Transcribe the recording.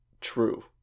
true